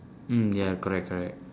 mm ya correct correct